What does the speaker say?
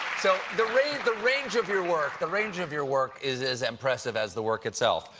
so the range the range of your work, the range of your work is as impressive as the work itself.